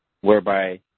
whereby